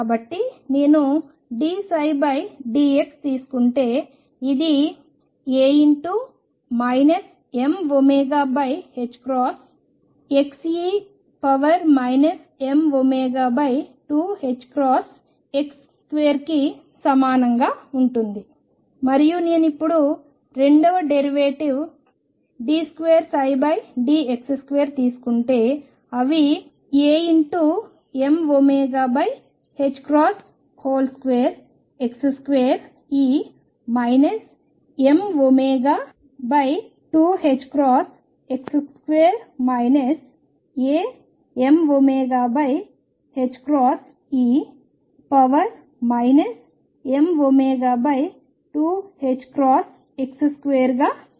కాబట్టి నేను dψdx తీసుకుంటే ఇది A mωxe mω2ℏx2 కి సమానంగా ఉంటుంది మరియు నేను ఇప్పుడు రెండవ డెరివేటివ్ d2dx2 తీసుకుంటే అవి Amω2x2e mω2ℏx2 Amωe mω2ℏx2గా వస్తాయి